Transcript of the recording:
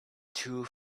too